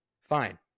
Fine